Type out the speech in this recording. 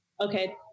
Okay